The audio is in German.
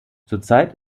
zurzeit